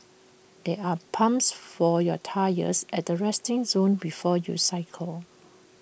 there are pumps for your tyres at the resting zone before you cycle